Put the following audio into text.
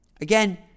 Again